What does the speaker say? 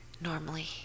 Normally